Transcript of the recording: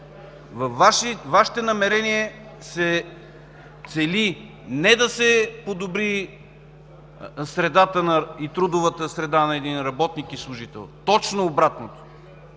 Вашите намерения се цели не да се подобри трудовата среда на един работник и служител. Точно обратното!